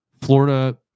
Florida